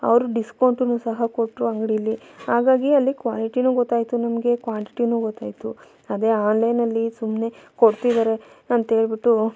ಅವರು ಡಿಸ್ಕೌಂಟನ್ನು ಸಹ ಕೊಟ್ಟರೂ ಅಂಗಡೀಲಿ ಹಾಗಾಗಿ ಅಲ್ಲಿ ಕ್ವಾಲಿಟಿಯೂ ಗೊತ್ತಾಯಿತು ನಮಗೆ ಕ್ವಾಂಟಿಟಿಯೂ ಗೊತಾಯಿತು ಅದೇ ಆನ್ಲೈನಲ್ಲಿ ಸುಮ್ಮನೆ ಕೊಡ್ತಿದ್ದಾರೆ ಅಂಥೇಳ್ಬಿಟ್ಟು